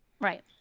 Right